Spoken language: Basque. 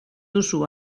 duzu